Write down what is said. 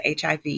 HIV